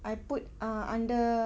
I put uh under